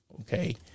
Okay